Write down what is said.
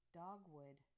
dogwood